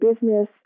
business